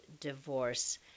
divorce